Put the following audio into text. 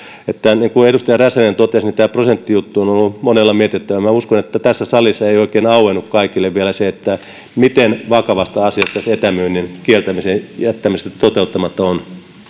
niin kuin edustaja räsänen totesi niin tämä prosenttijuttu on ollut monella mietittävänä ja uskon että tässä salissa ei oikein auennut kaikille vielä se miten vakavasta asiasta tässä etämyynnin kieltämisen toteuttamatta jättämisessä on